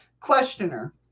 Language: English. questioner